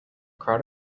crowd